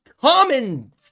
common